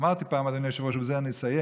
אמרתי פעם, אדוני היושב-ראש, ובזה אני אסיים,